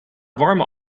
warme